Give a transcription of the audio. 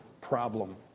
problem